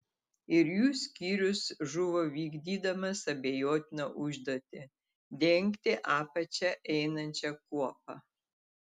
ir jų skyrius žuvo vykdydamas abejotiną užduotį dengti apačia einančią kuopą